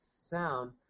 sound